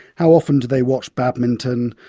how often do they watch badminton,